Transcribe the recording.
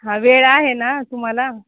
हां वेळ आहे ना तुम्हाला